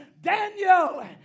Daniel